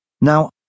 Now